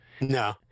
No